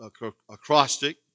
acrostic